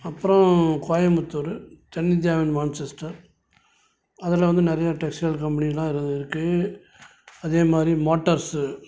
அப்புறோம் கோயம்புத்தூர் தென்னிந்தியாவின் மான்செஸ்டர் அதில் வந்து நிறையா டெக்ஸ்டைல் கம்பெனிலாம் ஏதோ இருக்குது அதே மாதிரி மோட்டர்ஸூ